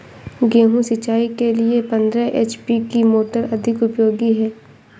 गेहूँ सिंचाई के लिए पंद्रह एच.पी की मोटर अधिक उपयोगी है?